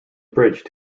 bridge